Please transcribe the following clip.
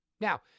Now